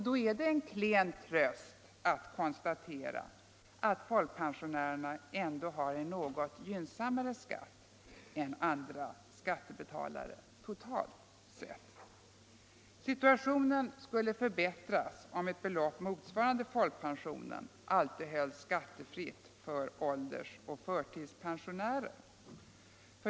Det är då en klen tröst att konstatera att folkpensionärerna ändå har en något gynnsammare total skatt än andra skattebetalare. Situationen skulle förbättras om ett belopp motsvarande folkpensionen alltid hölls skattefri för åldersoch förtidspensionärer.